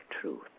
truth